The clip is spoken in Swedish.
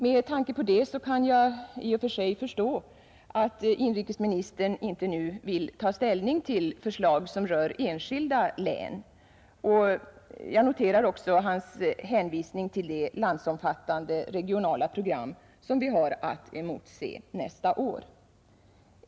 Med tanke på det kan jag i och för sig förstå att inrikesministern inte nu vill ta ställning till förslag som rör enskilda län. Jag noterar också hans hänvisning till det landsomfattande regionala program som vi har att emotse nästa år.